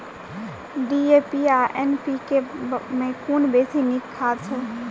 DAP आ NPK मे कुन बेसी नीक खाद छैक?